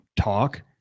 talk